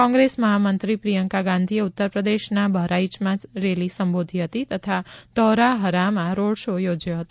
કોંગ્રેસ મહામંત્રી પ્રિયંકા ગાંધીએ ઉત્તરપ્રદેશના બહરાઇચમાં રેલી સંબોધી હતી તથા ધૌરાહરામાં રોડ શો યોજયો હતો